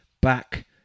back